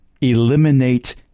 eliminate